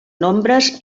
nombres